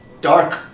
dark